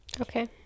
Okay